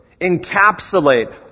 encapsulate